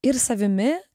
ir savimi